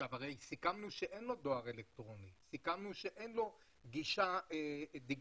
הרי סיכמנו שאין לו דואר אלקטרוני ואין לו גישה דיגיטלית.